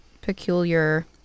peculiar